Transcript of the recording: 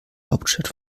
hauptstadt